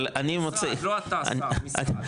אבל אני מוצא -- לא אתה, המשרד.